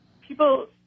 people